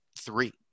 Three